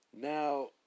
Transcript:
Now